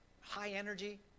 high-energy